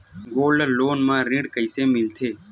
Gold loan म ऋण कइसे मिलथे?